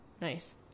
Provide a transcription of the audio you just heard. Nice